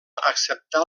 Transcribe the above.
acceptar